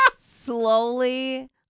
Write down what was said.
slowly